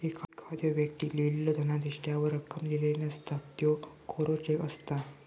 एखाद्दो व्यक्तीक लिहिलेलो धनादेश त्यावर रक्कम लिहिलेला नसता, त्यो कोरो चेक असता